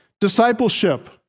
discipleship